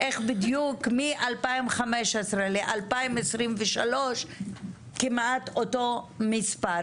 איך מ-2015 עד 2023 יש כמעט אותו מספר,